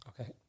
Okay